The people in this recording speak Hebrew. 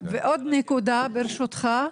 עוד נקודה, ברשותך.